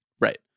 Right